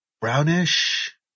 brownish